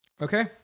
Okay